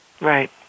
Right